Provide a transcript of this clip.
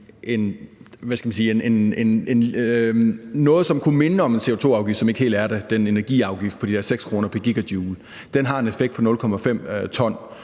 det, som kunne minde om en CO2-afgift, men som ikke helt er det – nemlig energiafgiften på de der 6 kr. pr. GJ – en effekt på 0,5 t